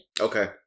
okay